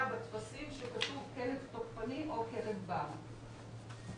בטפסים שכתוב "כלב תוקפני" או "כלב בר".